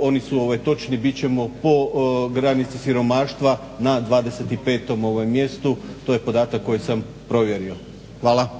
oni su točni, bit ćemo po granici siromaštva na 25.mjestu. to je podatak koji sam provjerio. Hvala.